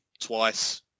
twice